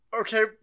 Okay